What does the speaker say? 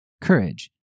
Courage